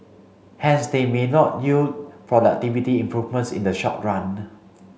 hence they may not yield productivity improvements in the short run